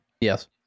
Yes